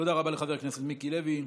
תודה רבה לחבר הכנסת מיקי לוי.